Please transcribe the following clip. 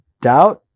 doubt